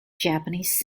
japanese